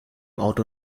auto